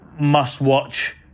must-watch